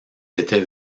étaient